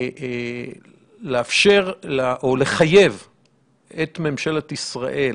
לאפשר או לחייב את ממשלת ישראל